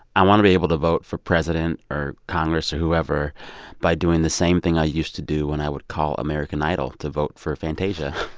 i want to be able to vote for president or congress or whoever by doing the same thing i used to do when i would call american idol to vote for fantasia.